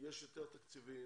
יש יותר תקציבים,